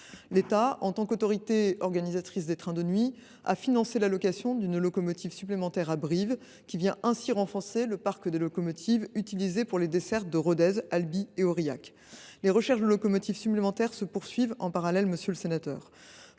L’État, en tant qu’autorité organisatrice des trains de nuit, a financé la location d’une locomotive supplémentaire à Brive la Gaillarde, qui vient renforcer le parc de locomotives utilisé pour les dessertes de Rodez, Albi et Aurillac. Les recherches de locomotives supplémentaires se poursuivent en parallèle. Forts du constat